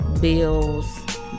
bills